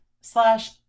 slash